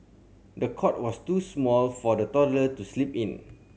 the cot was too small for the toddler to sleep in